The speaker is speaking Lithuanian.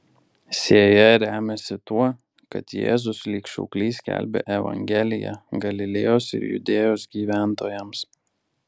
sėja remiasi tuo kad jėzus lyg šauklys skelbia evangeliją galilėjos ir judėjos gyventojams